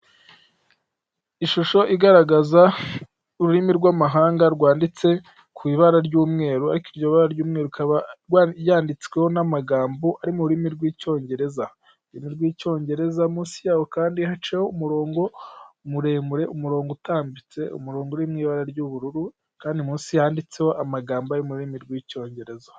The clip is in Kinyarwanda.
Ishusho igaragaza ururimi rw'amahanga rwanditse ku ibara ry'umweru, ariko iryo bara ry'umweru rikaba ryanditsweho n'amagambo ari murimi rw'icyongereza, ururimi rw'icyingereza munsi yaho kandi, haciyeho umurongo muremure, umurongo utambitse, umurongo uri mu ibara ry'ubururu, kandi munsi yanditseho amagambo y'ururimi rw'icyongereza.